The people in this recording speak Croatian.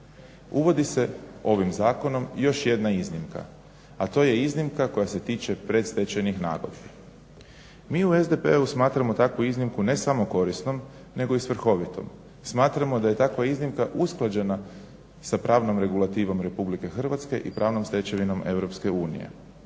uvodi se ovim zakonom i još jedna iznimka, a to je iznimka koja se tiče predstečajnih nagodbi. Mi u SDP-u smatramo takvu iznimku ne samo korisnom, nego i svrhovitom. Smatramo da je takva iznimka usklađena sa pravnom regulativom Republike Hrvatske i pravnom stečevinom